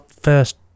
first